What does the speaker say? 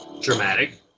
Dramatic